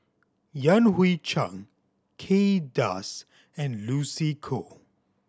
Yan Hui Chang Kay Das and Lucy Koh